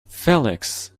felix